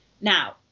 Now